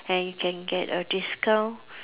and you can get a discount